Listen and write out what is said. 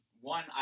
one